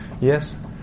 yes